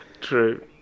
True